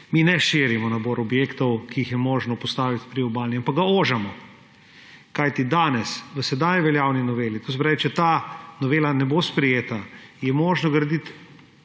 mi ne širimo nabor objektov, ki jih je možno postaviti na priobali, ampak ga ožamo. Kajti danes v do sedaj veljavni noveli, to se pravi, da če ta novela ne bo sprejeta, je možno graditi